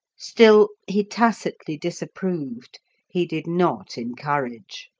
still, he tacitly disapproved he did not encourage.